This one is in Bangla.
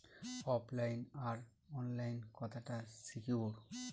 ওফ লাইন আর অনলাইন কতটা সিকিউর?